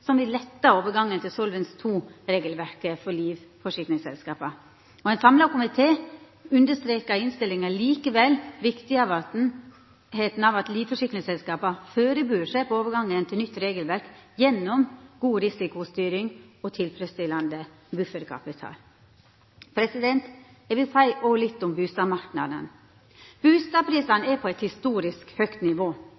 som vil letta overgangen til Solvens II-regelverket for livsforsikringsselskapa. Ein samla komité understrekar i innstillinga likevel viktigheita av at livsforsikringsselskapa førebur seg på overgangen til nytt regelverk gjennom god risikostyring og tilfredsstillande bufferkapital. Eg vil òg seia litt om bustadmarknaden. Bustadprisane